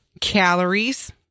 calories